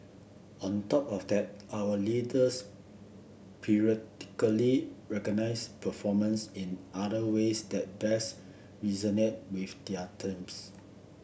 on top of that our leaders periodically recognise performance in other ways that best resonate with their teams